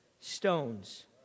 stones